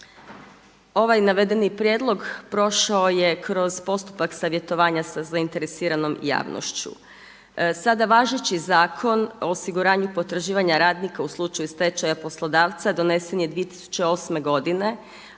Ovaj navedeni prijedlog prošao je kroz postupak savjetovanja sa zainteresiranom javnošću. Sada važeći Zakon o osiguranju potraživanja radnika u slučaju stečaja poslodavca donesen je 2008. godine